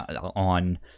on